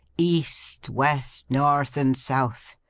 east, west, north, and south.